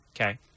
Okay